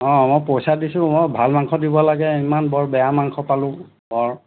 অঁ মই পইচা দিছোঁ মই ভাল মাংস দিব লাগে ইমান বৰ বেয়া মাংস পালোঁ অঁ